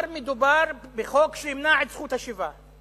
שמדובר בחוק שימנע את זכות השיבה.